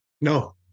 no